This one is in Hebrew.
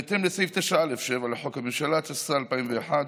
בהתאם לסעיף 9(א)(7) לחוק הממשלה, התשס"א 2001,